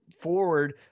forward